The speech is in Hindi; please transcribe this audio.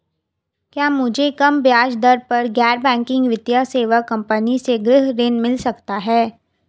क्या मुझे कम ब्याज दर पर गैर बैंकिंग वित्तीय सेवा कंपनी से गृह ऋण मिल सकता है?